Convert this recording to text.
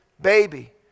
baby